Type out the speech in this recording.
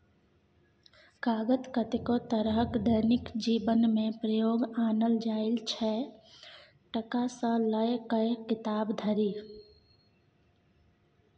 कागत कतेको तरहक दैनिक जीबनमे प्रयोग आनल जाइ छै टका सँ लए कए किताब धरि